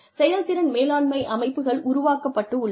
செயல்திறன் மேலாண்மை அமைப்புகள் உருவாக்கப்பட்டுள்ளன